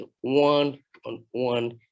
one-on-one